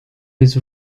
his